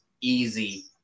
easy